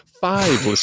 Five